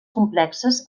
complexes